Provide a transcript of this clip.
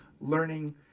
learning